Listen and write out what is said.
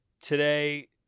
today